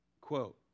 Quote